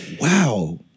wow